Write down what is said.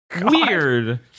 Weird